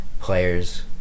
players